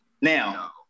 Now